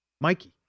Mikey